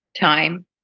time